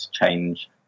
change